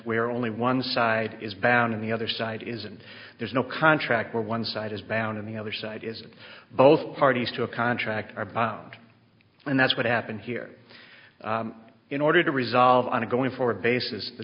where only one side is bound and the other side is and there's no contract where one side is bound in the other side is that both parties to a contract are bound and that's what happened here in order to resolve on a going forward basis